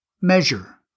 measure